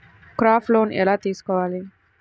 Crop loan ఎలా తీసుకోవాలి?